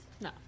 No